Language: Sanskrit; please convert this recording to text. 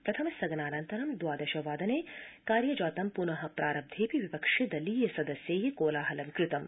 प्रथम स्थगनानन्तरं द्वादश वादने कार्यजातं पुन प्रारब्धेऽपि विपक्षि दलीय सदस्यै कोलाहलं कृतम्